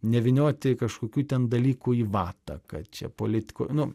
nevynioti kažkokių ten dalykų į vatą kad čia politikoj nu